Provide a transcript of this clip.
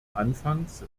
anfangs